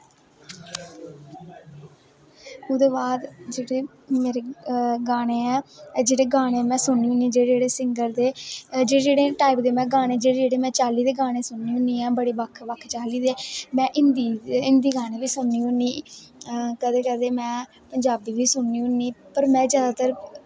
ओह्दे बाद जोेह्ड़े गाने ऐ जेह्ड़े गाने में सुननी होनी जेह्ड़े जेह्ड़े सिंगन दे जेह्ड़े जेह्ड़े टाईप दे में गाने जेह्ड़े जेह्ड़े सुननी होनी ऐं बड़े बक्ख बक्ख चाल्ली दे में हिन्दी गाने बी सुननी होनी कदें कदें में पंजाबी बी सुननी होनी पर में जादातर